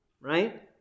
right